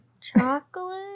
Chocolate